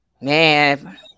Man